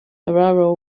navarro